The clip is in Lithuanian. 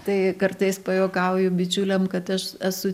tai kartais pajuokauju bičiuliam kad aš esu